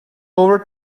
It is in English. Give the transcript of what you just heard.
over